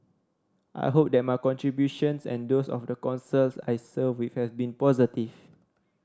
i hope that my contributions and those of the Councils I served with have been positive